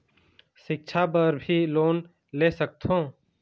सिक्छा बर भी लोन ले सकथों?